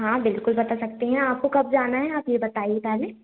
हाँ बिल्कुल बता सकते हैं आपको कब जाना है ये बताइए पहले